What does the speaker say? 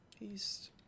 East